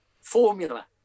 formula